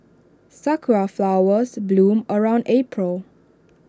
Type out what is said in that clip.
Sakura Flowers bloom around April